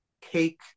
cake